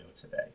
today